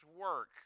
work